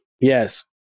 Yes